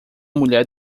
mulher